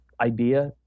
idea